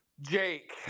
Jake